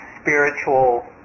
spiritual